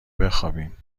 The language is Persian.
بخابیم